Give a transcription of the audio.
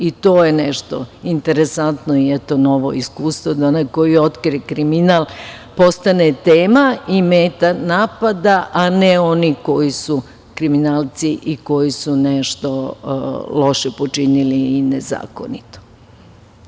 I to je nešto interesantno i novo iskustvo, da onaj koji otkrije kriminal postane tema i meta napada a ne oni koji su kriminalci i koji su nešto loše i nezakonito počinili.